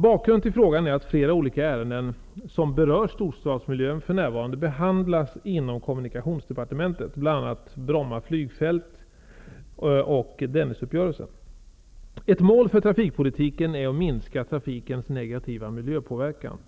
Bakgrund till frågan är att flera olika ärenden som berör storstadsmiljön för närvarande behandlas inom kommunikationsdepartementet, bl.a. Ett mål för trafikpolitiken är att minska trafikens negativa miljöpåverkan.